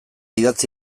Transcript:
idatzi